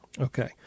Okay